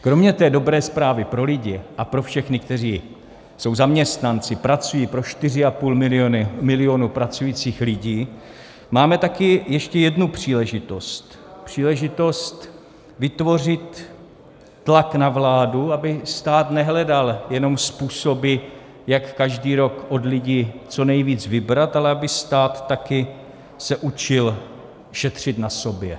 Kromě té dobré zprávy pro lidi a pro všechny, kteří jsou zaměstnanci, pracují, pro 4,5 milionu pracujících lidí, máme také ještě jednu příležitost příležitost vytvořit tlak na vládu, aby stát nehledal jenom způsoby, jak každý rok od lidí co nejvíc vybrat, ale aby se stát také učil šetřit na sobě.